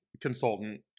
consultant